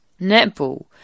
netball